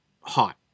hot